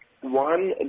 One